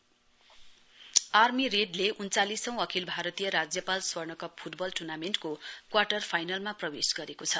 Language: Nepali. फुटबल आर्मी रेडले उन्चालिसौं अखिल भारतीय राज्यपाल स्वर्णकप फुटबल टुर्नामेन्टको क्वाटर फाइनलमा प्रवेश गरेको छ